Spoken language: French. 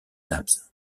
nabbs